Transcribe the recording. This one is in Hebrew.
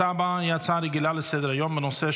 ההצעה הבאה היא הצעה רגילה לסדר-היום בנושא: